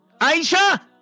Aisha